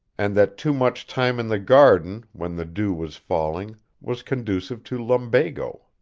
and that too much time in the garden when the dew was falling was conducive to lumbago.